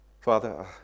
Father